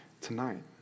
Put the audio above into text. tonight